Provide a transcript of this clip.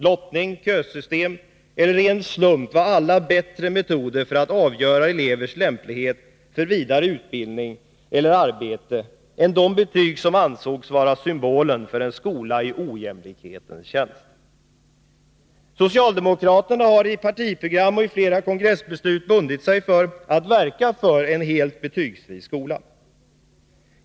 Lottning, kösystem eller ren slump var alla bättre metoder för att avgöra elevernas lämplighet för vidare utbildning eller arbete än de betyg som ansågs vara symbolen för en skola i ojämlikhetens tjänst. Socialdemokraterna har i partiprogram och i flera kongressbeslut bundit sig för att verka för en helt betygsfri skola.